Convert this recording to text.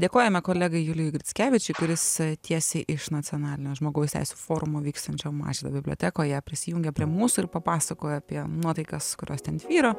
dėkojame kolegai julijui grickevičiui kuris tiesiai iš nacionalinio žmogaus teisių forumo vyksiančio mažvydo bibliotekoje prisijungė prie mūsų ir papasakojo apie nuotaikas kurios ten tvyro